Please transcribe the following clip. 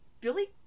Billy